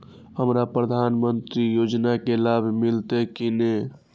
हमरा प्रधानमंत्री योजना के लाभ मिलते की ने?